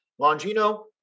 Longino